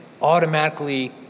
automatically